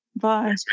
bye